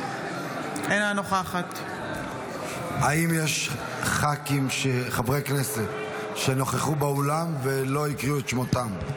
אינו נוכחת האם יש חברי כנסת שנכחו באולם ולא הקריאו את שמם?